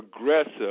aggressive